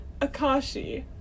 akashi